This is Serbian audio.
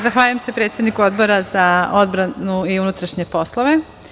Zahvaljujem se predsedniku Odbora za odbranu i unutrašnje poslove.